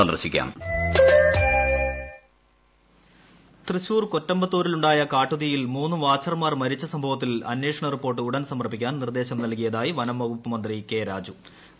കാട്ടുതീ തൃശൂർ കൊറ്റമ്പത്തൂരിലുണ്ടായ കാട്ടുതീയിൽ മൂന്ന് വാച്ചർമാർ മരിച്ച സംഭവത്തിൽ അന്വേഷണ റിപ്പോർട്ട് ഉടൻ സമർപ്പിക്കാൻ നിർദേശം നൽകിയതായി വനം വകുപ്പ് മന്ത്രി കെ രാജു അറിയിച്ചു